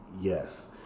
Yes